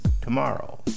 tomorrow